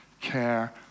care